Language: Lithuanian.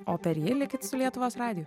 o per jį likit su lietuvos radiju